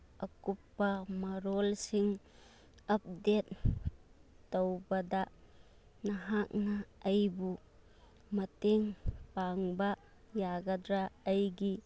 ꯑꯀꯨꯞꯄ ꯃꯔꯣꯜꯁꯤꯡ ꯑꯞꯗꯦꯗ ꯇꯧꯕꯗ ꯅꯍꯥꯛꯅ ꯑꯩꯕꯨ ꯃꯇꯦꯡ ꯄꯥꯡꯕ ꯌꯥꯒꯗ꯭ꯔꯥ ꯑꯩꯒꯤ